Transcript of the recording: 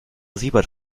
siebert